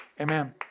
Amen